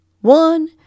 one